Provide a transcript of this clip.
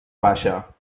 baixa